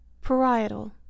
parietal